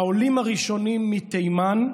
העולים הראשונים מתימן,